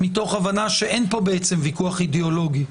מתוך הבנה שאין פה ויכוח אידיאולוגי,